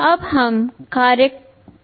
अब हम प्रोग्राम को देखते हैं